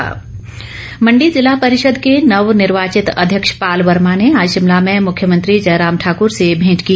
मेंट मण्डी जिला परिषद के नवनिर्वाचित अध्यक्ष पाल वर्मा ने आज शिमला में मुख्यमंत्री जयराम ठाक्र से मेंट की